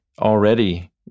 already